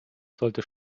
sollte